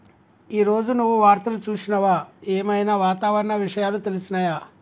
ఈ రోజు నువ్వు వార్తలు చూసినవా? ఏం ఐనా వాతావరణ విషయాలు తెలిసినయా?